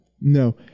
no